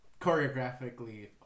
choreographically